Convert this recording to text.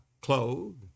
clothed